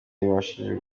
yabashije